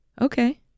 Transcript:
Okay